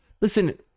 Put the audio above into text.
Listen